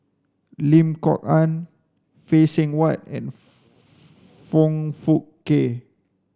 Lim Kok Ann Phay Seng Whatt and Foong Fook Kay